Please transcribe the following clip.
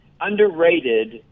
underrated